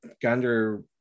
Gander